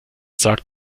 sagt